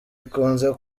ikunze